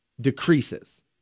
decreases